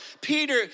Peter